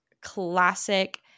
classic